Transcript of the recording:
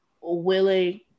willing